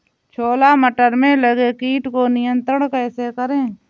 छोला मटर में लगे कीट को नियंत्रण कैसे करें?